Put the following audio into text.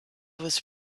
was